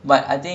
!wah!